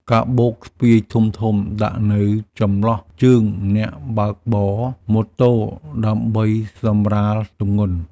កាបូបស្ពាយធំៗដាក់នៅចន្លោះជើងអ្នកបើកបរម៉ូតូដើម្បីសម្រាលទម្ងន់។